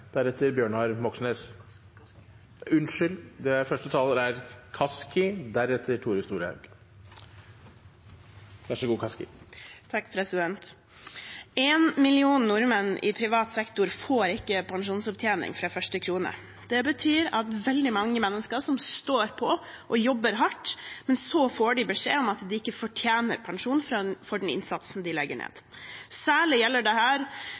million nordmenn i privat sektor får ikke pensjonsopptjening fra første krone. Det betyr at veldig mange mennesker står på og jobber hardt, men så får de beskjed om at de ikke fortjener pensjon for den innsatsen de legger ned. Dette gjelder særlig dem som allerede ofte har den laveste lønna og den dårligste tjenestepensjonen. Ofte er det